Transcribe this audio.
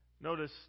Notice